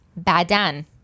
badan